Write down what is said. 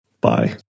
Bye